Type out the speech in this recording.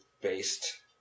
based